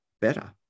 better